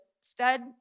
stud